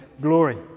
glory